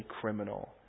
criminal